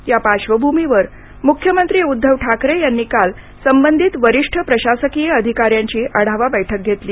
या पार्श्वभूमीवर मुख्यमंत्री उद्धव ठाकरे यांनी काल संबंधित वरिष्ठ प्रशासकीय अधिकाऱ्यांची आढावा बैठक घेतली